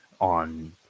on